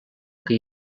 que